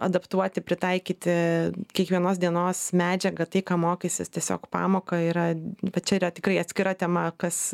adaptuoti pritaikyti kiekvienos dienos medžiagą tai ką mokysis tiesiog pamoka yra bet čia yra tikrai atskira tema kas